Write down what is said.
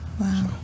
wow